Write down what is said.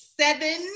seven